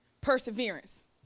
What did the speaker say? perseverance